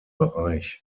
bereich